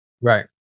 Right